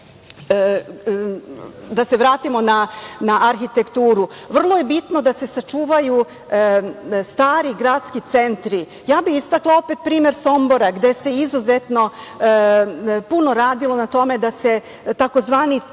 se vratimo na arhitekturu, vrlo je bitno da se sačuvaju stari gradski centri. Ja bih istakla opet primer Sombora gde se izuzetno puno radilo na tome da se takozvano